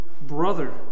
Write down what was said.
brother